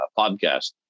podcast